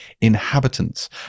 inhabitants